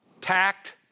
tact